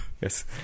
Yes